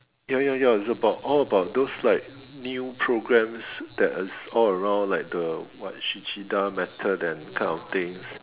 ya ya ya is about all about those like new programs that is all around like the what Shishida method and kind of things